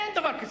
אין דבר כזה,